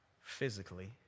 physically